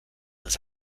his